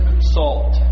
salt